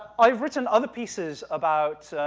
i've written other pieces about,